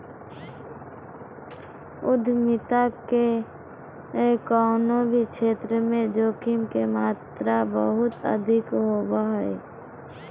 उद्यमिता के कउनो भी क्षेत्र मे जोखिम के मात्रा बहुत अधिक होवो हय